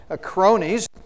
cronies